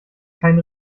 kein